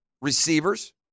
receivers